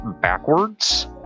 backwards